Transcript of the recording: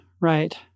right